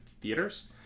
theaters